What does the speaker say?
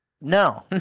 No